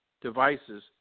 devices